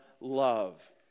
love